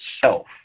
self